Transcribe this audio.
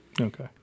Okay